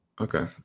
Okay